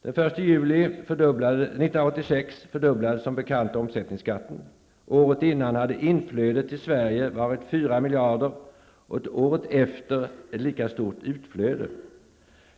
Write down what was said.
Den 1 juli 1986 fördubblades som bekant omsättningsskatten. Året innan hade inflödet till Sverige varit 4 miljarder, och året efter förekom ett lika stort utflöde.